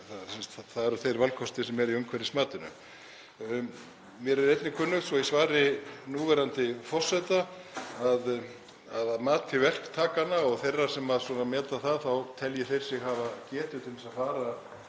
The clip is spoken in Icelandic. Það eru þeir valkostir sem eru í umhverfismatinu. Mér er einnig kunnugt um, svo ég svari núverandi forseta, að að mati verktakanna og þeirra sem meta það þá telji þeir sig hafa getu til þess að fara